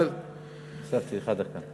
הוספתי לך דקה.